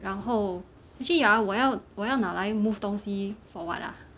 然后 actually ah 我要我要拿来 move 东西 for ah